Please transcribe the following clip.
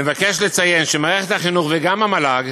אני מבקש לציין שמערכת החינוך וגם המל"ג